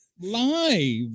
live